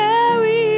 Carry